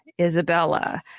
Isabella